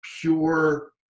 pure